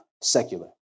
secular